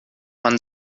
man